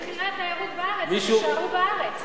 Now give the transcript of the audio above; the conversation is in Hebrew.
את מחירי התיירות בארץ, הם יישארו בארץ.